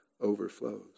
overflows